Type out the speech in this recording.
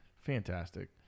fantastic